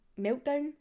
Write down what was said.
meltdown